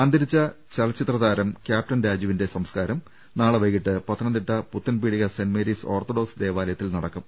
അന്തരിച്ച ചലച്ചിത്രതാരം കൃാപ്റ്റൻ രാജുവിന്റെ സംസ്കാരം നാളെ വൈകിട്ട് Pathanamthitta Puthenpeedika saint Mary's orthodox ദേവാലയത്തിൽ നടക്കും